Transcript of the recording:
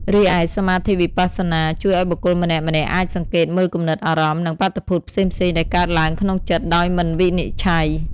រីឯសមាធិវិបស្សនា ជួយឱ្យបុគ្គលម្នាក់ៗអាចសង្កេតមើលគំនិត អារម្មណ៍ និងបាតុភូតផ្សេងៗដែលកើតឡើងក្នុងចិត្តដោយមិនវិនិច្ឆ័យ។